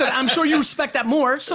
but i'm sure you respect that more so